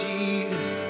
Jesus